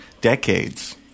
decades